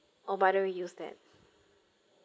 or by the way use that